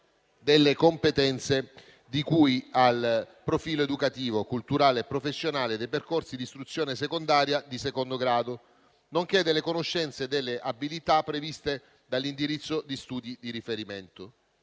delle competenze di cui al profilo educativo, culturale e professionale dei percorsi di istruzione secondaria di secondo grado nonché delle conoscenze e delle abilità previste dall'indirizzo di studi di riferimento.